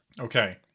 Okay